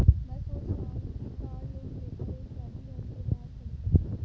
मैं सोच रहा हूँ कि कार लोन लेकर एक गाड़ी घर के बाहर खड़ी करूँ